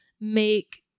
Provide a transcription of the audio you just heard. make